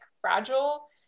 fragile